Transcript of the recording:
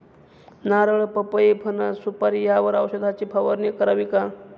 नारळ, पपई, फणस, सुपारी यावर औषधाची फवारणी करावी का?